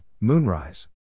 Moonrise